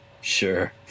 Sure